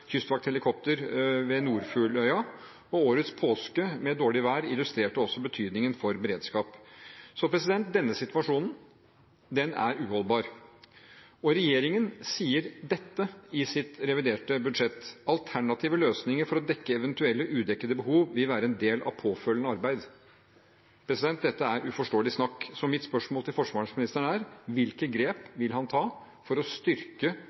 ved Nord-Fugløya, og årets påske med dårlig vær illustrerte også betydningen av beredskap. Denne situasjonen er uholdbar. Regjeringen sier i sitt reviderte budsjett at alternative løsninger for å dekke eventuelle udekkede behov vil være en del av påfølgende arbeid. Dette er uforståelig snakk. Mitt spørsmål til forsvarsministeren er: Hvilke grep vil han ta for å styrke